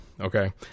Okay